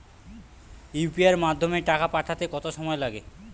UPI এর মাধ্যমে টাকা পাঠাতে কত সময় লাগে?